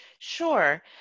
Sure